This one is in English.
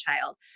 child